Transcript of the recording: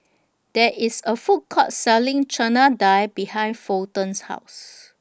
There IS A Food Court Selling Chana Dal behind Fulton's House